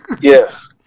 Yes